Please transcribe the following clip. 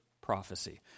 prophecy